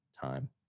time